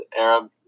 Arab